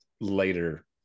later